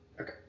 Okay